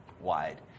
wide